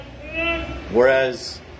whereas